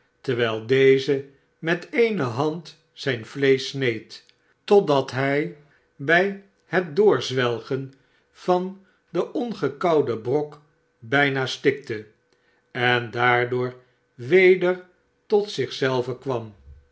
terwijl deze met e ene hand zijn vleesch sneed totdat hij bij het doorzwelgen van den ongekauwden brok bijna stikte en daardoor weder tot zich zelven kwam